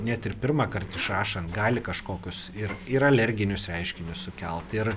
net ir pirmąkart išrašant gali kažkokius ir ir alerginius reiškinius sukelti ir